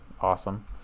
Awesome